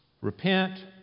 Repent